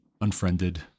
unfriended